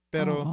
Pero